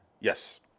yes